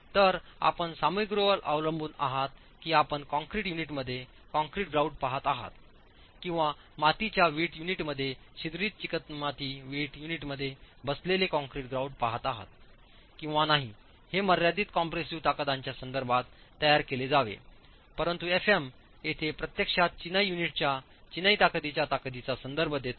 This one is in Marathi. तर आपण सामग्रीवर अवलंबून आहात की आपण कॉंक्रिट युनिटमध्ये कंक्रीट ग्रॉउट पहात आहात किंवा मातीच्या वीट युनिटमध्ये छिद्रित चिकणमाती वीट युनिटमध्ये बसलेले कॉंक्रीट ग्रॉउट पहात आहेत किंवा नाही हे मर्यादित कॉम्प्रेसिव्ह ताकदांच्या संदर्भात तयार केले जावे परंतुएफएम येथे प्रत्यक्षात चिनाई युनिटच्या चिनाई ताकदीच्या ताकदीचा संदर्भ देत आहे